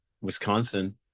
wisconsin